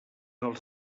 els